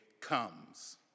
comes